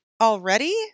already